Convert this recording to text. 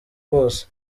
bose